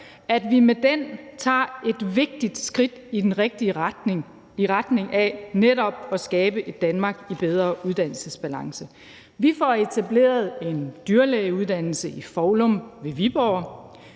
at annullere, tager et vigtigt skridt i den rigtige retning – i retning af netop at skabe et Danmark i bedre uddannelsesbalance. Vi får etableret en dyrlægeuddannelse i Foulum ved Viborg,